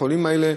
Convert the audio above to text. החולים האלה,